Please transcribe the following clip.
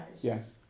Yes